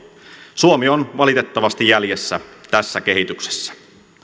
suomi on valitettavasti jäljessä tässä kehityksessä